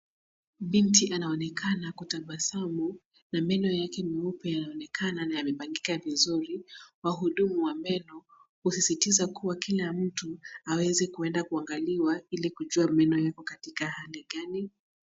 Binti anaonekana kutabasamu na meno yake meupe yaonekana na yamepangika vizuri. Wahudumu husisitiza kuwa kila mtu aweze kuenda kuangaliwa ili kujua meno yako katika hali gani.